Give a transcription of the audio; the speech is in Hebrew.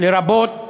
לרבות